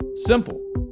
Simple